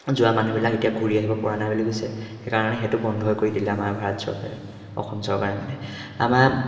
যোৱা মানুহবিলাক এতিয়া ঘূৰি আহিব পৰা নাই বুলি কৈছে সেইকাৰণে সেইটো বন্ধই কৰি দিলে আমাৰ ভাৰত চৰকাৰে অসম চৰকাৰে মানে আমাৰ